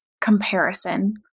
comparison